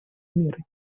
меры